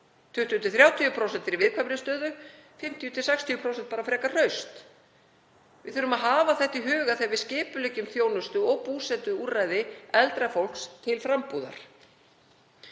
20–30% eru í viðkvæmri stöðu og 50–60% bara frekar hraust. Við þurfum að hafa það í huga þegar við skipuleggjum þjónustu og búsetuúrræði eldra fólks til frambúðar.